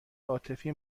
عاطفی